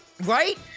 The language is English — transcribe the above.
Right